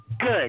good